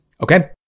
Okay